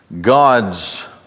God's